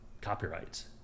copyrights